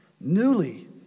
newly